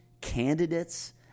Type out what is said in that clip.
candidates